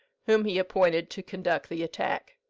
whom he appointed to conduct the attack.